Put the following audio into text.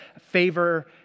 favor